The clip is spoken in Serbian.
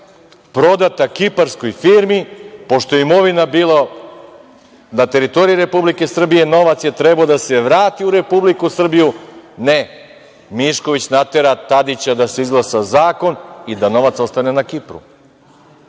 prodata kiparskoj firmi pošto je imovina bila na teritoriji Republike Srbije, novac je trebao da se vrati u Republiku Srbiju, ne, Mišković natera Tadića da se izglasa zakon i da novac ostane na Kipru.